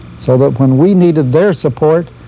so that when we needed their support